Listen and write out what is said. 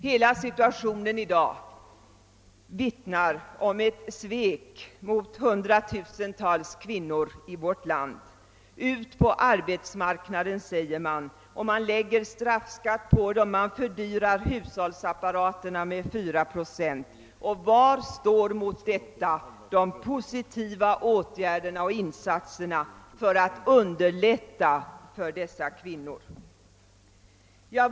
Hela situationen i dag vittnar om ett svek mot hundratusentals kvinnor i vårt land. »Ut på arbetsmarknaden!» säger man. Man lägger straffskatt på dem, och man fördyrar hushållsapparaterna med 4 procent. Var finns de positiva åtgärderna och insatserna för att göra dessa kvinnors ställning lättare?